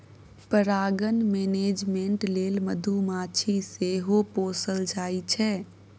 परागण मेनेजमेन्ट लेल मधुमाछी सेहो पोसल जाइ छै